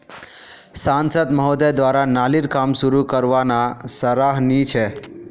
सांसद महोदय द्वारा नालीर काम शुरू करवाना सराहनीय छ